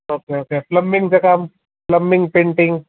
okay okay प्लंबिंगचं काम plumbing painting